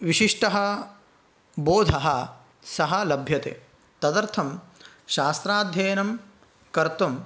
विशिष्टः बोधः सः लभ्यते तदर्थं शास्त्राध्ययनं कर्तुं